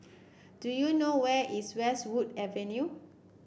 do you know where is Westwood Avenue